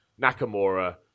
Nakamura